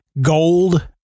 gold